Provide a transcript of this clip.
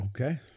Okay